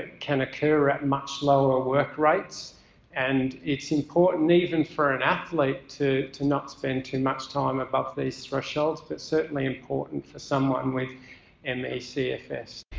can occur at much lower work rates and, it's important even for an athlete to to not spend too much time above these thresholds but certainly important for someone with and me cfs.